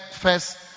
first